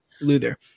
Luther